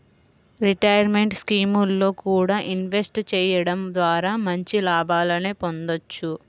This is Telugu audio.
రిటైర్మెంట్ స్కీముల్లో కూడా ఇన్వెస్ట్ చెయ్యడం ద్వారా మంచి లాభాలనే పొందొచ్చు